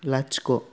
लाथिख'